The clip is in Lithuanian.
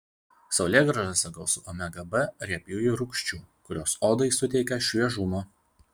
saulėgrąžose gausu omega b riebiųjų rūgščių kurios odai suteikia šviežumo